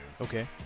Okay